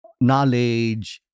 knowledge